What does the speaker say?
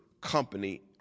company